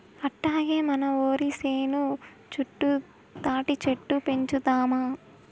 అట్టాగే మన ఒరి సేను చుట్టూ తాటిచెట్లు పెంచుదాము